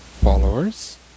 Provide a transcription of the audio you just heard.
Followers